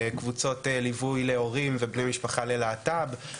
קבוצות ליווי להורים ובני משפחה ללהט"ב,